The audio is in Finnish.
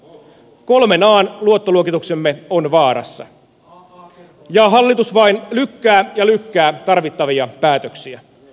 kolmen an luottoluokituksemme on vaarassa ja hallitus vain lykkää ja lykkää tarvittavia päätöksiä